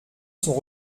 sont